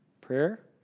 Prayer